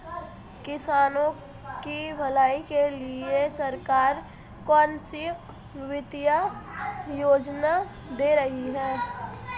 किसानों की भलाई के लिए सरकार कौनसी वित्तीय योजना दे रही है?